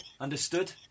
Understood